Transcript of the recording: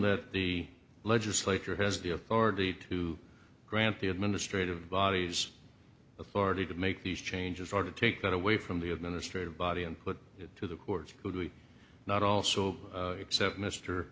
that the legislature has the authority to grant the administrative bodies authority to make these changes or to take that away from the administrative body and put it to the courts would we not also except mister